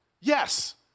Yes